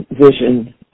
vision